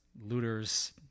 looters